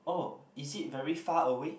oh is it very far away